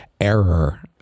error